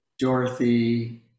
Dorothy